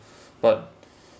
but